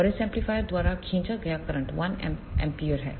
और इस एम्पलीफायर द्वारा खींचा गया करंट 1 A है